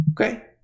okay